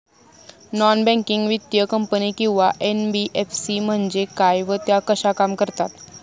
Non banking वित्तीय कंपनी किंवा एन.बी.एफ.सी म्हणजे काय व त्या कशा काम करतात?